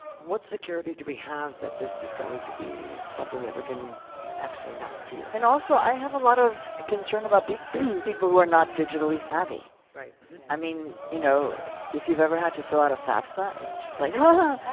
what security do we have that this is going to be something that we can actually not fear? and also, i have a lot of concern about people who are not digitally savvy. i mean, you know if you've ever had to fill out a fafsa, it's just like, oh.